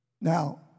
Now